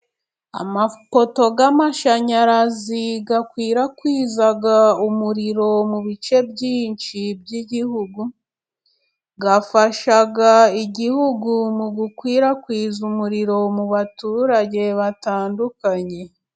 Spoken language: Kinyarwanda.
Amapoto y'amashanyarazi akwirakwiza umuriro mu bice byinshi by'igihugu, afasha igihugu mu gukwirakwiza umuriro mu baturage batandukanye.